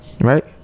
right